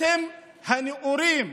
אתם הנאורים.